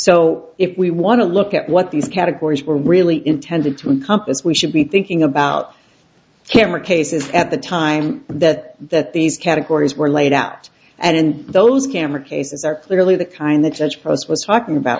so if we want to look at what these categories were really intended to encompass we should be thinking about camera cases at the time that these categories were laid out and those camera cases are clearly the kind the judge throws was talking about